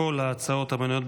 הצעת חוק העונשין (תיקון,